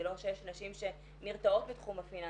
זה לא שיש נשים שנרתעות מתחום הפיננסים,